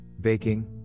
baking